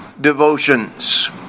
devotions